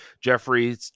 Jeffrey